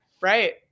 Right